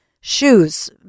Shoes